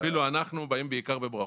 אפילו אנחנו באים בעיקר בברכות.